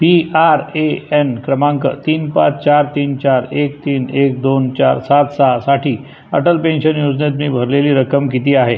P R A N क्रमांक तीन पाच चार तीन चार एक तीन एक दोन चार सात सहासाठी अटल पेन्शन योजनेत मी भरलेली रक्कम किती आहे